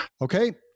Okay